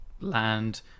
land